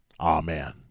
Amen